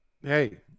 Hey